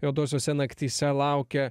juodosiose naktyse laukia